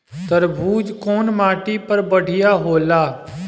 तरबूज कउन माटी पर बढ़ीया होला?